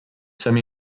semi